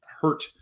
hurt